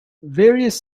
various